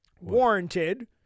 warranted